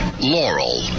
Laurel